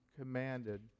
commanded